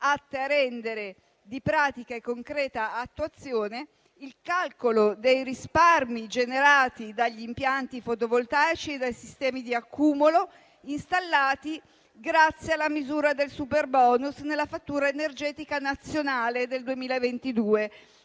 a rendere di pratica e concreta attuazione il calcolo dei risparmi generati dagli impianti fotovoltaici e dai sistemi di accumulo installati grazie alla misura del superbonus nella fattura energetica nazionale del 2022,